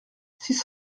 six